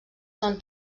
són